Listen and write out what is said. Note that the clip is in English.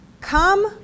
Come